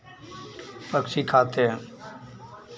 पक्षी खाते हैं